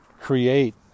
create